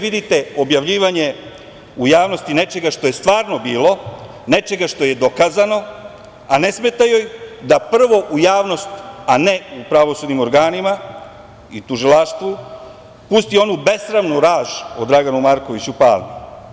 Vidite, smeta joj objavljivanje u javnosti nečega što je stvarno bilo, nečega što je dokazano, a ne smeta joj da prvo u javnost, a ne u pravosudnim organima i tužilaštvu pusti onu besramnu laž o Draganu Markoviću Palmi.